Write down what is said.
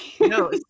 No